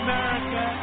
America